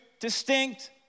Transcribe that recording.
distinct